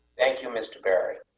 thank you, mr. barry